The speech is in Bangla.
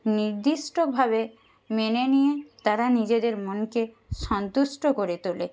নির্দিষ্টভাবে মেনে নিয়ে তারা নিজেদের মনকে সন্তুষ্ট করে তোলে